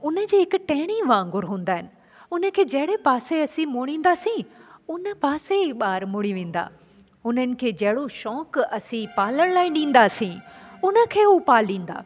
उनजी हिकु टहिणी वागुंरु हूंदा आहिनि उनखे जहिड़े पासे असीं मोड़ींदासीं उन पासे ई ॿार मुड़ी वेंदा उन्हनि खे जहिड़ो शौक़ु असीं पालण लाइ ॾींदासीं उनखे हू पालींदा